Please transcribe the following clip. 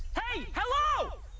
hey, hello!